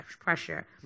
pressure